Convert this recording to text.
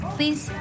Please